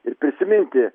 ir prisiminti